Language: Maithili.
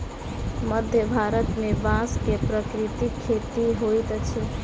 मध्य भारत में बांस के प्राकृतिक खेती होइत अछि